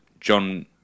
John